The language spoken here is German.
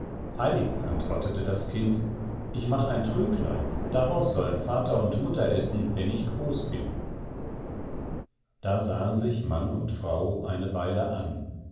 ei antwortete das kind ich mach ein tröglein daraus sollen vater und mutter essen wenn ich groß bin da sahen sich mann und frau eine weile an